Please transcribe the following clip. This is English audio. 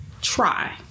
Try